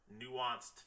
nuanced